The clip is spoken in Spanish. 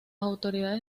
autoridades